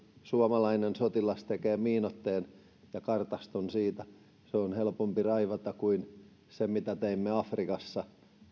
suomalainen sotilas tekee miinoitteen ja kartaston siitä se on helpompi raivata kuin ne mitä raivasimme afrikassa